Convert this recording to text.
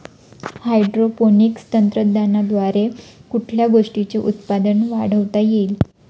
Hydroponics तंत्रज्ञानाद्वारे कुठल्या गोष्टीचे उत्पादन वाढवता येईल?